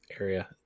area